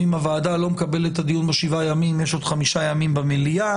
אם הוועדה לא מקבלת את הדיון בשבעה ימים יש עוד חמישה ימים במליאה.